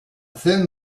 thin